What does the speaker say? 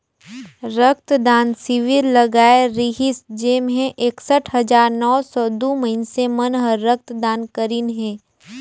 रक्त दान सिविर लगाए रिहिस जेम्हें एकसठ हजार नौ सौ दू मइनसे मन हर रक्त दान करीन हे